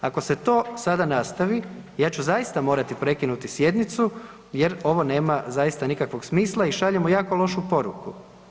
Ako se to sada nastavi ja ću zaista morati prekinuti sjednicu jer ovo nema zaista nikakvog smisla i šaljemo jako lošu poruku.